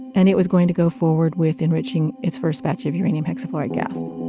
and it was going to go forward with enriching its first batch of uranium hexafluoride gas